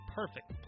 perfect